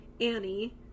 Annie